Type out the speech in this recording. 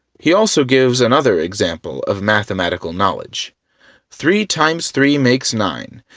he also gives another example of mathematical knowledge three times three makes nine.